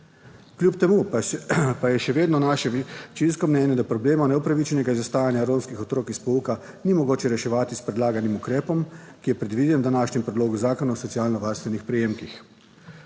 Kljub temu pa je še vedno naše večinsko mnenje, da problema neupravičenega izostajanja romskih otrok od pouka ni mogoče reševati s predlaganim ukrepom, ki je predviden v današnjem predlogu zakona o socialno varstvenih prejemkih.